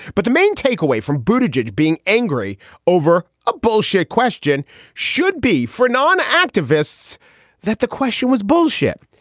but the main takeaway from boobage being angry over a bullshit question should be for non activists that the question was bullshit.